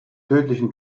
tödlichen